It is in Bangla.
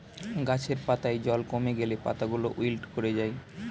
গাছের পাতায় জল কমে গেলে পাতাগুলো উইল্ট করে যায়